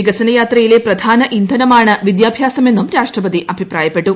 വികസനയാത്രയിലെ പ്ര്യാന് ഇന്ധനമാണ് വിദ്യാഭ്യാസമെന്നും രാഷ്ട്രപതി അഭിപ്രായിര്ക്പ്പട്ടു